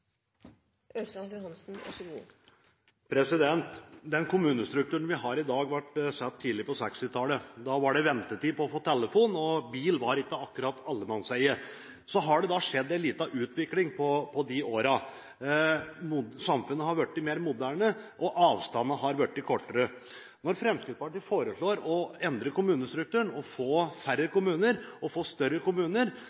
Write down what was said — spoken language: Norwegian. Den kommunestrukturen vi har i dag, ble satt tidlig på 1960-tallet. Da var det ventetid på å få telefon, og bil var ikke akkurat allemannseie. Så har det skjedd en liten utvikling på de årene. Samfunnet har blitt mer moderne, og avstandene har blitt kortere. Når Fremskrittspartiet foreslår å endre kommunestrukturen og få færre